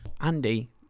Andy